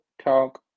talk